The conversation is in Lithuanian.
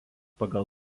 pagal